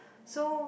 so